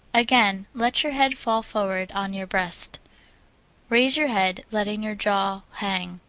again, let your head fall forward on your breast raise your head, letting your jaw hang.